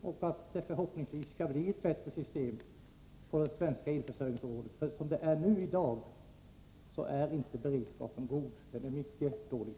Jag har förhoppningen att den svenska elförsörjningen skall få ett bättre system. Som det är i dag är beredskapen inte god, den är mycket dålig.